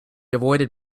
avoided